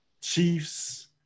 Chiefs